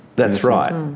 that's right.